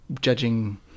judging